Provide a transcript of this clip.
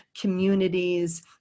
communities